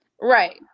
right